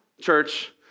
church